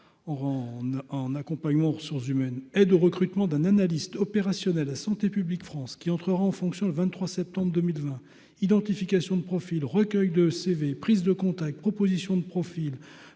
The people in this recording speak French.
en accompagnement aux ressources humaines et de recrutement d'un analyste opérationnel à Santé publique France qui entrera en fonction le 23 septembre 2020, identification de profil, recueil de CV, prise de contact, proposition de profil,